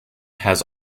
has